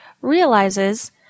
realizes